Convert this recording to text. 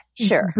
Sure